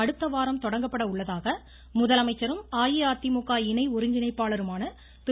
அடுத்தவாரம் தொடங்கப்பட உள்ளதாக முதலமைச்சரும் அஇஅதிமுக இணை ஒருங்கிணைப்பாளருமான திரு